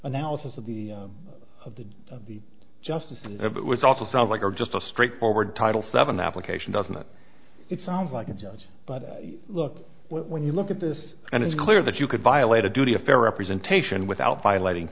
analysis of the of the of the justices it was also sounds like or just a straightforward title seven application doesn't it it sounds like a judge but look when you look at this and it's clear that you could violate a duty of fair representation without violating